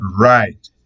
right